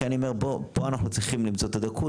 פה אנחנו צריכים למצוא את הדרך,